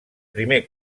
primer